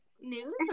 news